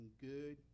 good